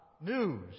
news